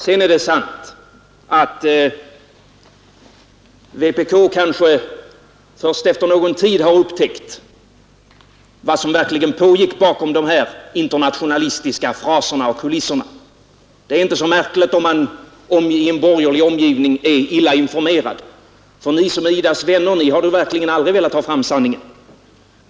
Sedan är det sant att vpk kanske först efter någon tid har upptäckt vad som verkligen pågick bakom de internationalistiska fraserna och kulisserna. Det är inte så märkligt om man i en borgerlig omgivning är illa informerad — ty ni som är IDA:s vänner har verkligen aldrig velat ha fram sanningen.